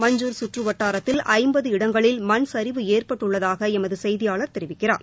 மஞ்சுர் கற்று வட்டாரத்தில் ஐம்பது இடங்களில் மண் சரிவு சஏற்பட்டுள்ளதாக எமது செய்தியாளர் தெரிவிக்கிறார்